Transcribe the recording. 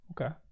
okay